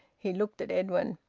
he looked at edwin.